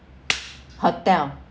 hotel